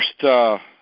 first –